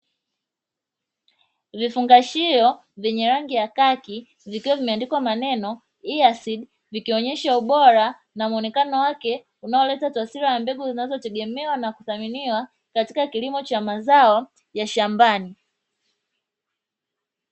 Vifungashio vyenye rangi ya kaki vikiwa vimeandikwa maneno "EA SEED" ikionyesha ubora na muonekano wake, unaoleta taswira ya mbegu zinazotegemewa na kuthaminiwa katika kilimo cha mazao ya shambani.